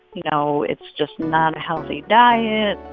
you know, it's just not a healthy diet.